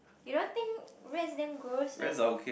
you don't think rats damn gross meh